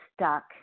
stuck